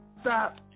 Stop